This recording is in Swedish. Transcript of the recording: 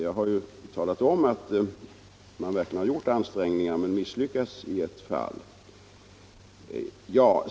Jag har ju redan talat om att ansträngningar verkligen har gjorts men att man har misslyckats i ett fall.